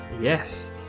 Yes